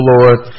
Lord